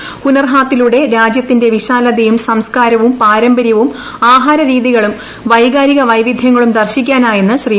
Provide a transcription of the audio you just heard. ൃ ഹുന്ർഹാത്തിലൂടെ രാജ്യത്തിന്റെ വിശാലതയും സംസ്കാർപ്പ്പ് പാരമ്പര്യവും ആഹാരരീതികളും വൈകാരിക വൈവിധൃഷ്ങളും ദർശിക്കാനായെന്ന് ശ്രീ